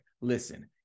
Listen